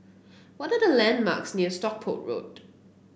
what are the landmarks near Stockport Road